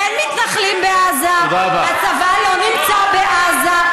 אין מתנחלים בעזה, הצבא לא נמצא בעזה.